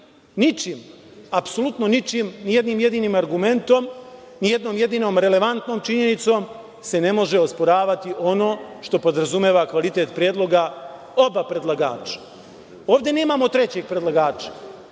ničim, apsolutno ničim, ni jednim jedinim argumentom, ni jednom jedinom relevantnom činjenicom se ne može osporavati ono što podrazumeva kvalitet predloga oba predlagača. Ovde nemamo trećeg predlagača.